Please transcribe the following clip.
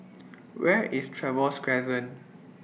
Where IS Trevose Crescent